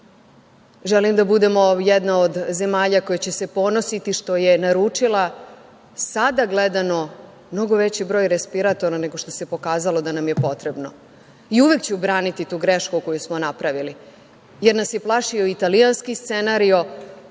želim da budemo jedna od zemalja koja će se ponositi što je naručila, sada gledano, mnogo veći broj respiratora nego što se pokazalo da nam je potrebno. Uvek ću braniti tu grešku koju smo napravili, jer nas je plašio italijanski scenario